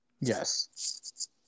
Yes